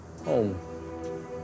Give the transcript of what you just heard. home